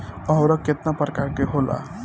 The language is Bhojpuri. उर्वरक केतना प्रकार के होला?